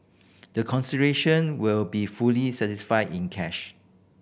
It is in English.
the consideration will be fully satisfied in cash